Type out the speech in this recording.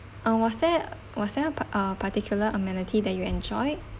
uh was there was there a part~ uh particular amenity that you enjoyed